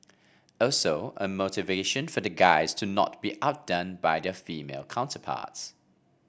also a motivation for the guys to not be outdone by their female counterparts